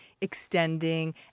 extending